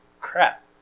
Crap